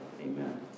Amen